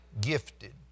gifted